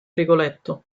rigoletto